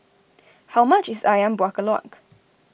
how much is Ayam Buah Keluak